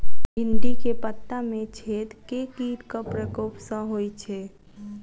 भिन्डी केँ पत्ता मे छेद केँ कीटक प्रकोप सऽ होइ छै?